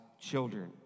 children